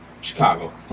Chicago